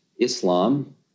Islam